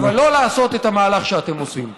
אבל לא לעשות את המהלך שאתם עושים.